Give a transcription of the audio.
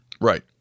Right